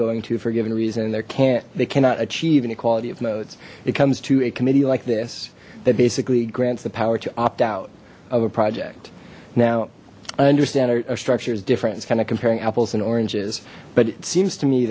going to for given reason and there can't they cannot achieve in equality of modes it comes to a committee like this that basically grants the power to opt out of a project now i understand our structures different it's kind of comparing apples and oranges but it seems to me